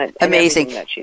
Amazing